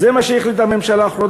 זה מה שהחליטה הממשלה האחרונה.